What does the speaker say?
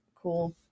cool